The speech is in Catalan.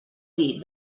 dir